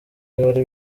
ntibari